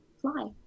fly